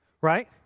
right